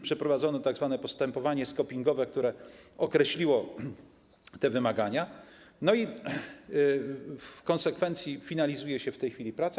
Przeprowadzono tzw. postępowanie scopingowe, które określiło te wymagania i w konsekwencji finalizuje się w tej chwili praca.